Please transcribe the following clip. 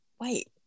Wait